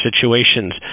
situations